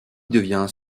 devient